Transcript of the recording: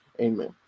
Amen